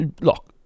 look